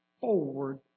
forward